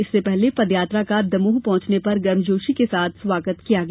इससे पहले पदयात्रा का दमोह पहुंचने पर गर्मजोशी के साथ स्वागत किया गया